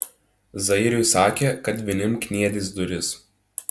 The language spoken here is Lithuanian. zairiui sakė kad vinim kniedys duris